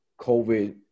COVID